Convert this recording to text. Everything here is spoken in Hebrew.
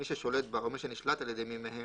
מי ששולט בה או מי שנשלח על ידי מי מהם,